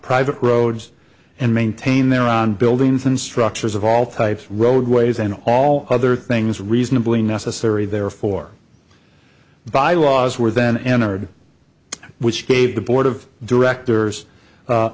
private roads and maintain their own buildings and structures of all types roadways and all other things reasonably necessary they're for bylaws were then entered which gave the board of directors